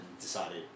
decided